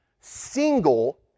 single